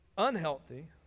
unhealthy